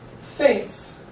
saints